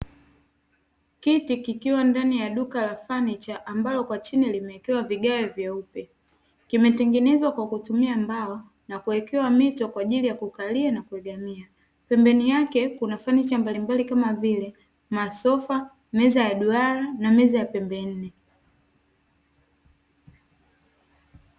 Kiti kikiwa ndani ya duka la fanicha ambalo kwa chini kimewekewa vigae vyeupe, kimetengenezwa kwa kutumia mbao, na kuwekewa mito kwa ajili ya kukalia na kuegemea, pembeni yake kuna fanicha mbalimbali kama vile sofa, na meza ya duara, na meza ya pembe nne.